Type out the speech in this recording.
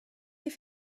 sie